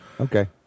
Okay